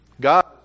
God